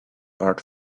earth